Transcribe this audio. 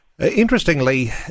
Interestingly